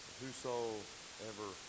whosoever